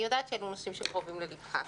אני יודעת שאלה נושאים שקרובים ללבך.